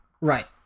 Right